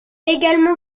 également